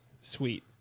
sweet